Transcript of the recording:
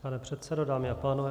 Pane předsedo, dámy a pánové.